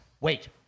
wait